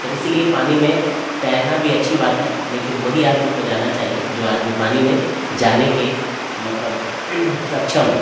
تو اسی لیے پانی میں تیرنا بھی اچھی بات ہے لیکن وہی آدمی کو جانا چاہیے جو آدمی پانی میں جانے کے مطلب سکشم ہے